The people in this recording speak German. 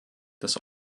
das